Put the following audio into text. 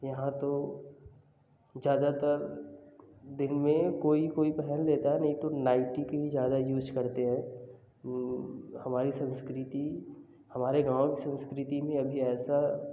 यहाँ तो ज़्यादातर दिन में कोई कोई पहन लेता है नहीं तो नाइटी के ही ज़्यादा यूज करते हैं हमारी संस्कृति हमारे गाँव की संस्कृति में अभी ऐसा